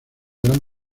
gran